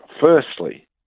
firstly